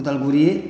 Udalguri